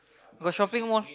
got shopping mall